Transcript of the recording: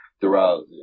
throughout